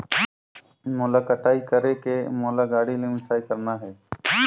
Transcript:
मोला कटाई करेके मोला गाड़ी ले मिसाई करना हे?